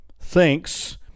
thinks